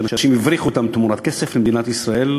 אנשים הבריחו אותם תמורת כסף למדינת ישראל,